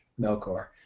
Melkor